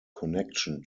connection